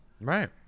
Right